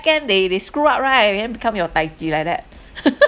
backend they they screw up right and then become your taiji like that